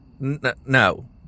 No